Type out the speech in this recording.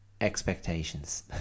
expectations